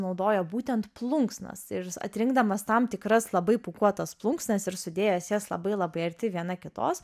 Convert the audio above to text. naudoja būtent plunksnas ir atrinkdamas tam tikras labai pūkuotas plunksnas ir sudėjęs jas labai labai arti viena kitos